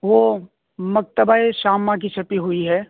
وہ مکتبۂ شامہ کی چھپی ہوئی ہے